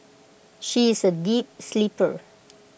she is A deep sleeper